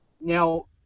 Now